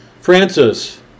Francis